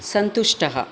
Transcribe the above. सन्तुष्टः